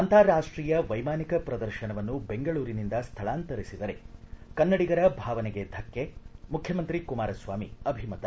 ಅಂತಾರಾಷ್ಷೀಯ ವೈಮಾನಿಕ ಪ್ರದರ್ಶನವನ್ನು ಬೆಂಗಳೂರಿನಿಂದ ಸ್ವಳಾಂತರಿಸಿದರೆ ಕನ್ನಡಿಗರ ಭಾವನೆಗೆ ಧಕ್ಕೆ ಮುಖ್ಣಮಂತ್ರಿ ಕುಮಾರಸ್ವಾಮಿ ಅಭಿಮತ